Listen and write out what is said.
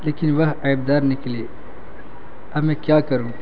لیکن وہ آبدار نکلیے اب میں کیا کروں